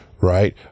right